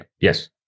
yes